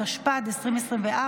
התשפ"ד 2024,